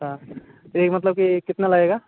अच्छा तो यह मतलब कि कितना लगेगा